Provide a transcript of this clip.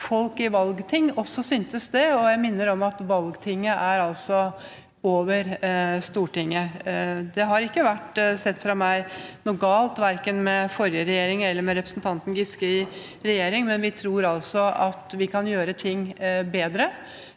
folk i valgting også syntes det, og jeg minner om at valgtinget altså er over Stortinget. Det har ikke – sett fra mitt ståsted – vært noe galt verken med forrige regjering eller representanten Giske i regjering, menvi tror altså at vi kan gjøre ting bedre